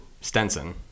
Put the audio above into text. Stenson